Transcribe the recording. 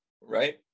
right